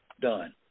done